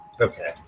Okay